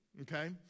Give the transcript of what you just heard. okay